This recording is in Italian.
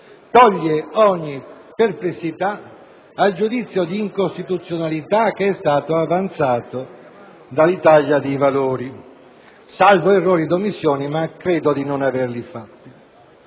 toglie ogni perplessità al giudizio di incostituzionalità che è stato avanzato dall'Italia dei Valori, salvo errori ed omissioni (ma credo di non averli fatti).